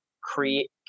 create